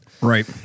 Right